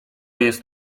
jest